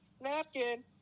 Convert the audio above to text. napkin